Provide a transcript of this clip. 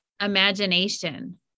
imagination